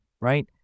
right